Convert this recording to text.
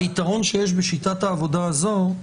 היתרון שיש בשיטת העבודה הזאת,